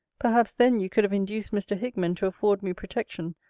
perhaps, then, you could have induced mr. hickman to afford me protection,